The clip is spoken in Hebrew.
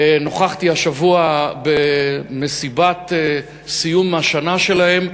נכחתי השבוע במסיבת סיום השנה שלהם.